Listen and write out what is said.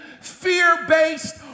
fear-based